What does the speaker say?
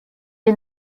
les